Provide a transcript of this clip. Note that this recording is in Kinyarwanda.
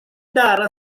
ndara